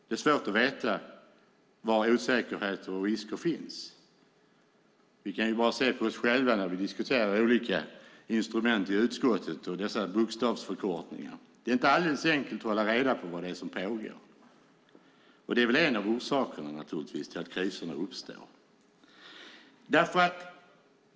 Det är svårt att veta var osäkerheter och risker finns. Vi kan bara se på oss själva när vi diskuterar olika instrument i utskottet och dessa bokstavsförkortningar. Det är inte alldeles enkelt att hålla reda på vad som pågår. Det är naturligtvis en av orsakerna till att kriserna uppstår.